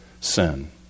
sin